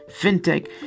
fintech